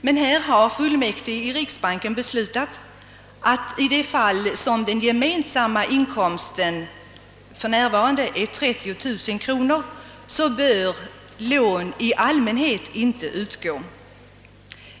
Härvidlag har emellertid riksbanksfullmäktige beslutat att i de fall, då den gemensamma inkomsten för närvarande uppgår till minst 30 000 kronor, bör lån i allmänhet inte utgå.